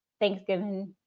Thanksgiving